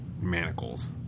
manacles